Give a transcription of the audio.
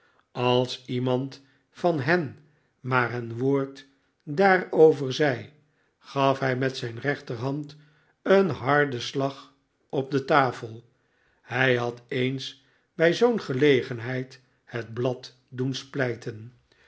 als iemand van hen maar een woord daarover zei gaf hij met zijn rechterhand een harden slag op de tafel hij had eens bij zoo'n gelegenheid